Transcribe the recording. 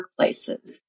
workplaces